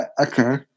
Okay